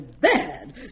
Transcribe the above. bad